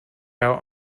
out